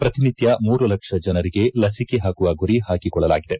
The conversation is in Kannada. ಪ್ರತಿನಿತ್ಯ ಮೂರು ಲಕ್ಷ ಜನರಿಗೆ ಲಸಿಕೆ ಪಾಕುವ ಗುರಿ ಪಾಕಿಕೊಳ್ಳಲಾಗಿದೆ